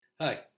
Hi